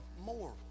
more